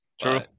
true